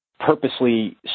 purposely